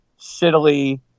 shittily